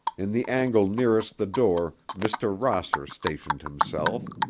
in the angle nearest the door mr. rosser stationed himself,